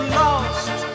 lost